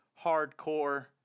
hardcore